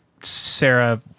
Sarah